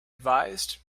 advised